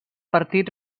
partit